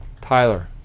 Tyler